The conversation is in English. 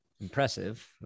impressive